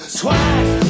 twice